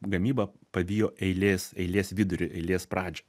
gamyba pavijo eilės eilės vidurį eilės pradžią